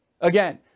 Again